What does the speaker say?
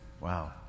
wow